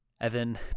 Evan